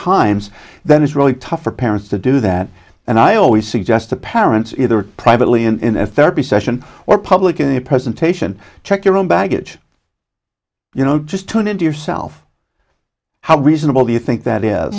times then it's really tough for parents to do that and i always suggest to parents either privately in a therapy session or public in a presentation check your own baggage you know just tune into yourself how reasonable do you think that is